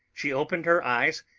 she opened her eyes,